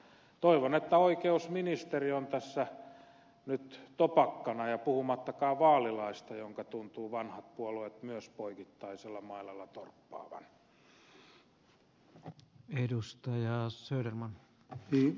toivon että oikeusministeri on tässä nyt topakkana ja puhumattakaan vaalilaista jonka tuntuvat vanhat puolueet myös poikittaisella mailalla torppaavan